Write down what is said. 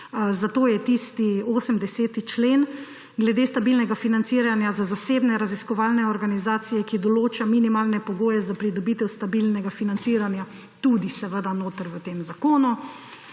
Zato je tisti 80. člen glede stabilnega financiranja za zasebne raziskovalne organizacije, ki določa minimalne pogoje za pridobitev stabilnega financiranja, tudi v tem zakonu.